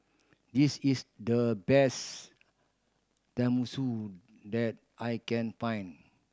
this is the best Tenmusu that I can find